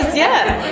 yeah,